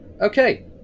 Okay